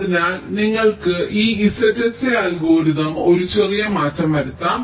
അതിനാൽ നിങ്ങൾക്ക് ഈ ZSA അൽഗോരിതം ഒരു ചെറിയ മാറ്റം വരുത്താം